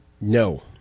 No